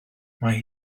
mae